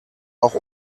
auch